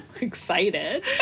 excited